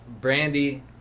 Brandy